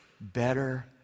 better